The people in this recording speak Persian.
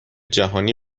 جهانی